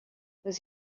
was